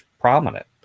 prominent